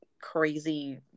crazy